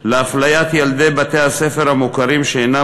בהפליית ילדי בתי-הספר המוכרים שאינם